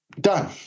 done